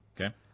Okay